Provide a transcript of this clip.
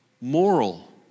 moral